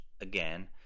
again